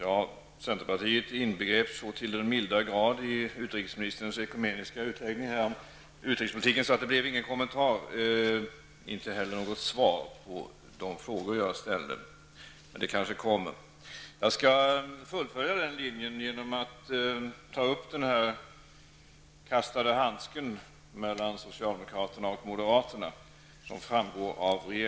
Fru talman! Centern inbegreps så till den milda grad i utrikesministerns ekumeniska utläggning om utrikespolitiken att det inte blev någon kommentar och inte heller något svar på de frågor jag ställde, men det kanske kommer. Jag skall fullfölja den linjen genom att ta upp handsken som kastades mellan socialdemokraterna och moderaterna.